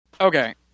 Okay